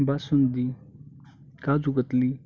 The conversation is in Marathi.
बासुंदी काजूकतली